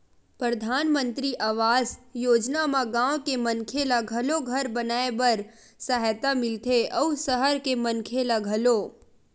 परधानमंतरी आवास योजना म गाँव के मनखे ल घलो घर बनाए बर सहायता मिलथे अउ सहर के मनखे ल घलो